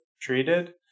treated